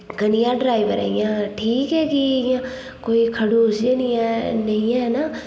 कनेहा ड्राइवर ऐ इ'यां ठीक ऐ कि इ'यां कोई खड़ूस जेहा निं ऐ निं है नां